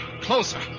Closer